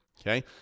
Okay